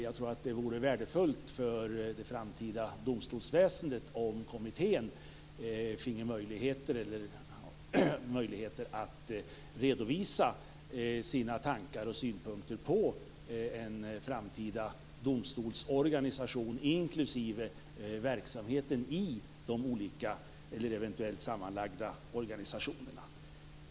Jag tror att det skulle vara värdefullt för det framtida domstolsväsendet om kommittén fick möjligheter att redovisa sina tankar och synpunkter på en framtida domstolsorganisation, inklusive verksamheten i de olika, eventuellt sammanlagda, organisationerna.